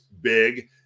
big